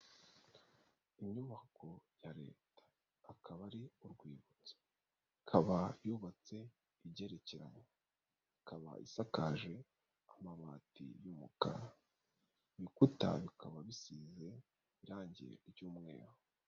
Inyubako ya leta akaba ari urwibutso, ikaba yubatse igerekeranye ikaba isakaje amabati y'umukara ibikuta bikaba bisize irangira ry'umweru.